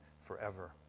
forever